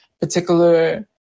particular